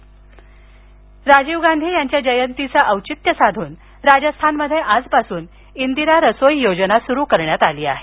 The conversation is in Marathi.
इदिरा रसोई योजना राजीव गांधी यांच्या जयंतीचं औचित्य साधून राजस्थानमध्ये आजपासून इंदिरा रसोई योजना सुरु करण्यात आली आहे